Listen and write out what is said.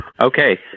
Okay